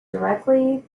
directly